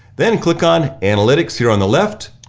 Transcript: then click on analytics here on the left.